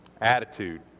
attitude